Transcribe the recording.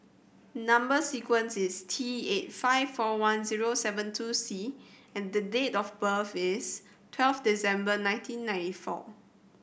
number sequence is T eight five four one zero seven two C and the date of birth is twelve December nineteen ninety four